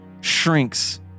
shrinks